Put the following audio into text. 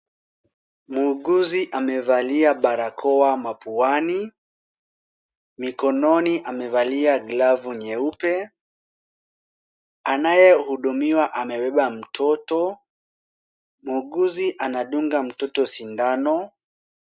Muuguzi amevalia barakoa mapuani. Mikononi amevalia glavu nyeupe. Anayehudumiwa amebeba mtoto. Muuguzi anadunga mtoto sindano.